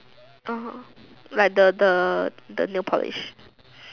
orh like the the the nail polish